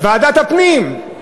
ועדת הפנים.